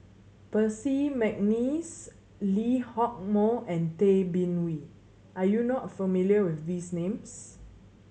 Percy McNeice Lee Hock Moh and Tay Bin Wee are you not familiar with these names